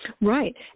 Right